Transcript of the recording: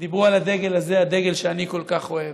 דיברו על הדגל הזה, הדגל שאני כל כך אוהב.